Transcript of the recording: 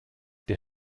der